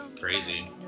crazy